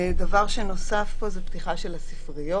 דבר שנוסף פה זה פתיחה של הספריות.